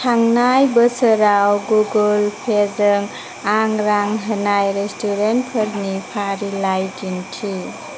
थांनाय बोसोराव गुगोल पेजों आं रां होनाय रेस्टुरेन्टफोरनि फारिलाइ दिन्थि